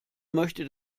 möchte